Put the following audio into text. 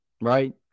Right